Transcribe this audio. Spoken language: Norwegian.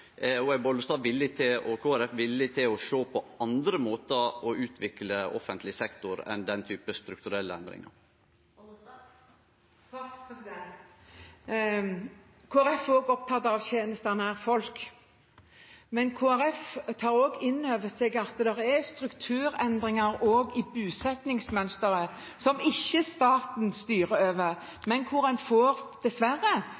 og er Bollestad og Kristeleg Folkeparti villige til å sjå på andre måtar å utvikle offentleg sektor på enn den typen strukturelle endringar? Kristelig Folkeparti er også opptatt av tjenester nær folk, men Kristelig Folkeparti tar også inn over seg at det er strukturendringer i bosettingsmønsteret som ikke staten styrer over, hvor en – dessverre,